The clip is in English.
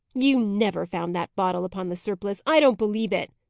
you never found that bottle upon the surplice! i don't believe it!